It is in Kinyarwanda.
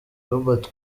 robert